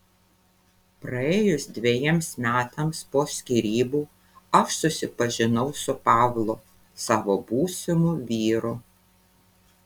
praėjus dvejiems metams po skyrybų aš susipažinau su pavlu savo būsimu vyru